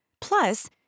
Plus